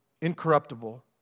incorruptible